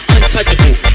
Untouchable